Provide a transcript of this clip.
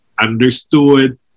understood